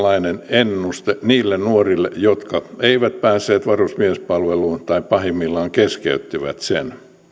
ennuste niille nuorille jotka eivät päässeet varusmiespalveluun tai pahimmillaan keskeyttivät sen